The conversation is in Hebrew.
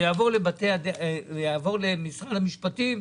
למשרד המשפטים,